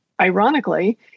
ironically